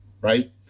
right